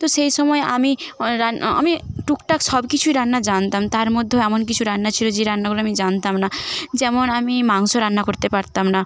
তো সেই সময় আমি রান্না আমি টুকটাক সব কিছুই রান্না জানতাম তার মধ্যও এমন কিছু রান্না ছিলো যে রান্নাগুলো আমি জানতাম না যেমন আমি মাংস রান্না করতে পারতাম না